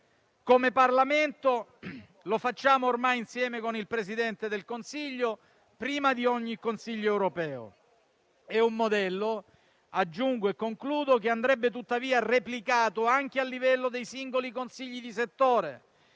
Come Parlamento lo facciamo ormai insieme con il Presidente del Consiglio prima di ogni Consiglio europeo. Si tratta di un modello - aggiungo e concludo - che andrebbe tuttavia replicato anche a livello dei singoli consigli di settore,